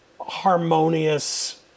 harmonious